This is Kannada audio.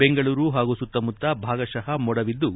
ಬೆಂಗಳೂರು ಸುತ್ತಮುತ್ತ ಭಾಗಶಃ ಮೋಡವಿದ್ದು